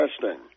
testing